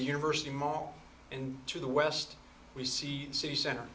the university mall and to the west we see city center